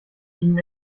ihnen